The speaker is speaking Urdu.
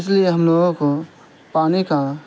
اس لیے ہم لوگوں کو پانی کا